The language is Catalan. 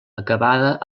acabada